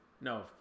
No